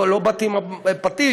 לא באתי עם פטיש,